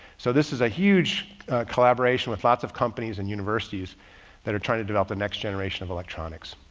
so this is a huge collaboration with lots of companies and universities that are trying to develop the next generation of electronics.